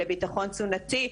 לביטחון תזונתי,